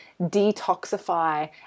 detoxify